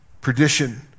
perdition